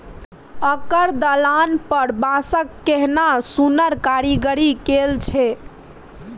ओकर दलान पर बांसक केहन सुन्नर कारीगरी कएल छै